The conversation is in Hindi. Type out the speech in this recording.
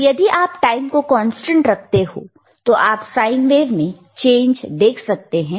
पर यदि आप टाइम को कांस्टेंट रखते हो तो आप साइन वेव में चेंज देख सकते हैं